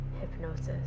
hypnosis